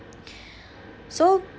so